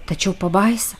tačiau pabaisa